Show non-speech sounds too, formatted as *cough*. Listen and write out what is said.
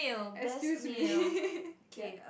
excuse me *laughs* ya